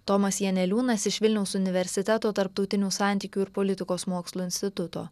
tomas janeliūnas iš vilniaus universiteto tarptautinių santykių ir politikos mokslų instituto